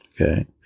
Okay